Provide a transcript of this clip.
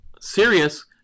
serious